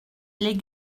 les